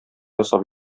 ясап